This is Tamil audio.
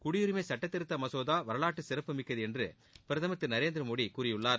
குடியுரிமை சுட்டத்திருத்த மசோதா வரலாற்று சிறப்புமிக்கது என்று பிரதமர் திரு நரேந்திர மோடி கூறியுள்ளார்